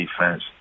defense